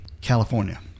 California